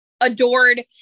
adored